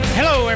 hello